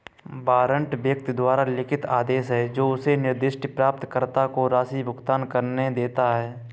warrant व्यक्ति द्वारा लिखित आदेश है जो उसे निर्दिष्ट प्राप्तकर्ता को राशि भुगतान करने देता है